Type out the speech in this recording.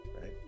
right